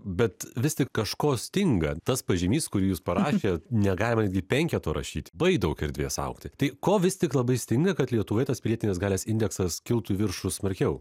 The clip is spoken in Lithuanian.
bet vis tik kažko stinga tas pažymys kurį jūs parašėt negalima netgi penketo rašyt baig daug erdvės augti tai ko vis tik labai stinga kad lietuviai tas pilietinės galios indeksas kiltų viršų smarkiau